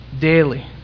daily